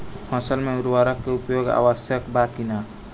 फसल में उर्वरक के उपयोग आवश्यक बा कि न?